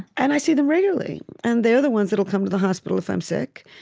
and i see them regularly and they're the ones that'll come to the hospital if i'm sick.